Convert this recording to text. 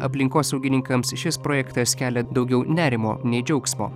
aplinkosaugininkams šis projektas kelia daugiau nerimo nei džiaugsmo